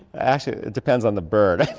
actually it depends on the bird.